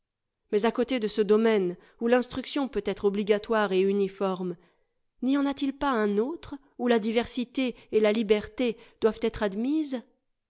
mais à côté de ce domaine où l'instruction peut être obligatoire et uniforme n'y en a t ii pas un autre où la diversité et la liberté doivent être admises